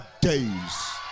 days